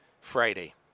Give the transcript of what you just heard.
Friday